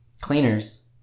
cleaners